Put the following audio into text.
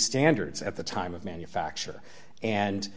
standards at the time of manufacture and